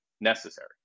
necessary